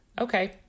Okay